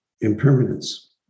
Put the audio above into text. impermanence